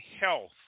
health